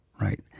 right